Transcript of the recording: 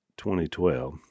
2012